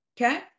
okay